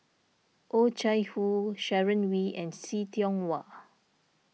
Oh Chai Hoo Sharon Wee and See Tiong Wah